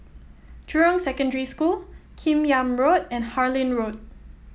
Jurong Secondary School Kim Yam Road and Harlyn Road